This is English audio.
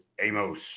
Amos